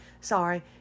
Sorry